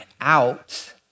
out